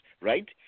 right